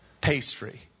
pastry